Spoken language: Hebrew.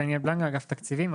דניאל בלנגה, אגף תקציבים.